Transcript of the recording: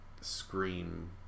screen